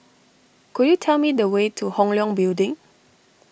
could you tell me the way to Hong Leong Building